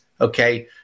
Okay